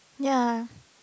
ya